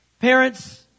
parents